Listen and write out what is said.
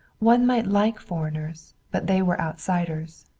one might like foreigners, but they were outsiders.